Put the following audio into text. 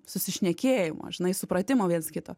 susišnekėjimo žinai supratimo viens kito